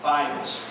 Bibles